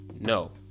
No